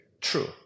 True